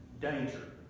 danger